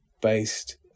based